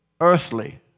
earthly